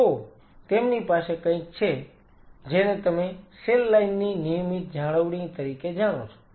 તો તેમની પાસે કંઈક છે જેને તમે સેલ લાઈન ની નિયમિત જાળવણી તરીકે જાણો છો